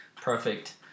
Perfect